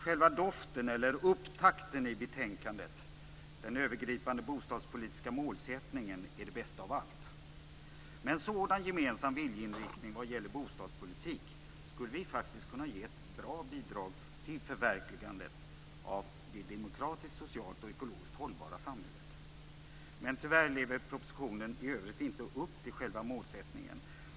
Själva doften eller upptakten i betänkandet är det bästa av allt. Med en sådan gemensam viljeinriktning vad gäller bostadspolitik skulle vi faktiskt kunna ge ett bra bidrag till förverkligandet av det demokratiskt, socialt och ekologiskt hållbara samhället. Men tyvärr lever propositionen i övrigt inte upp till själva målsättningen.